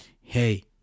Hey